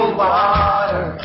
water